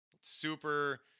super